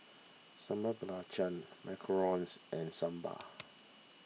Sambal Belacan Macarons and Sambal